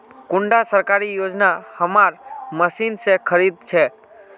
कुंडा सरकारी योजना हमार मशीन से खरीद छै?